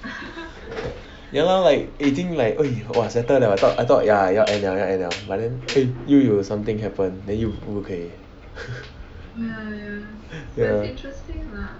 ya lor like 已经 like eh !wah! settle liao I thought I thought ya 要 end liao 要 end liao but then eh 又有 something happen then 有不 okay